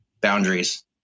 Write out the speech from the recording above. boundaries